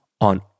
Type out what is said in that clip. on